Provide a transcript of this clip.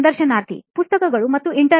ಸಂದರ್ಶನಾರ್ಥಿ ಪುಸ್ತಕಗಳು ಮತ್ತು internet